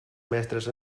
metres